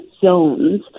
zones